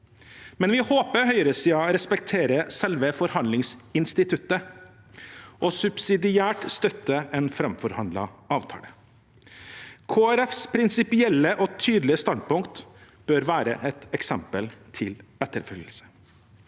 men vi håper høyresiden respekterer selve forhandlingsinstituttet og subsidiært støtter en framforhandlet avtale. Kristelig Folkepartis prinsipielle og tydelige standpunkt bør være et eksempel til etterfølgelse.